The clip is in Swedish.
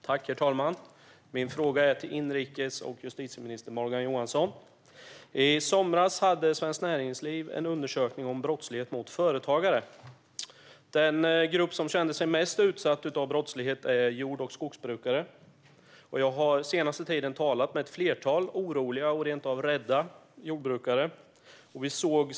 Herr talman! Min fråga går till justitie och inrikesminister Morgan Johansson. I somras gjorde Svenskt Näringsliv en undersökning om brottslighet mot företagare. Den grupp som kände sig mest utsatt av brottslighet är jord och skogsbrukare. Jag har den senaste tiden talat med ett flertal oroliga och rent av rädda jordbrukare.